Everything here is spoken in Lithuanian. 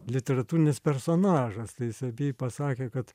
literatūrinis personažas tai jis apie jį pasakė kad